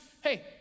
hey